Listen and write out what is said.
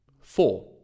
Four